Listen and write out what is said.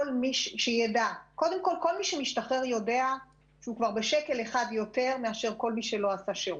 כל מי שמשתחרר יודע שהוא כבר בשקל אחד ויתר מאשר כל מי שלא עשה שירות.